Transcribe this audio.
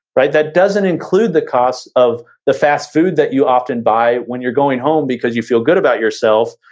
right? that doesn't include the cost of the fast food that you often buy when you're going home because you feel good about yourself,